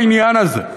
העניין הזה.